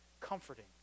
comforting